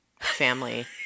family